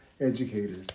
educators